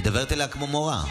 את מדברת אליה כמו מורה.